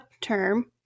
term